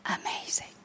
Amazing